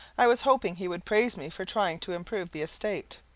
i was hoping he would praise me for trying to improve the estate,